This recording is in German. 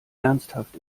ernsthaft